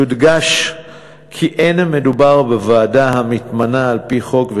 יודגש כי אין מדובר בוועדה המתמנה על-פי חוק,